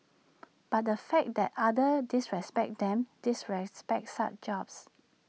but the fact that others disrespect them disrespect such jobs